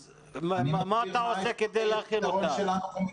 אז מה אתה עושה כדי להכין אותם?